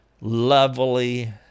lovely